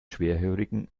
schwerhörigen